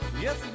yes